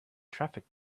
traffic